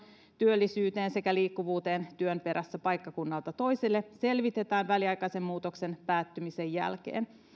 työllisyyteen sekä liikkuvuuteen työn perässä paikkakunnalta toiselle selvitetään väliaikaisen muutoksen päättymisen jälkeen